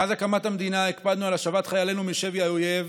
מאז הקמת המדינה הקפדנו על השבת חיילינו משבי האויב